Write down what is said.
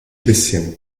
bisschen